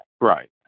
Right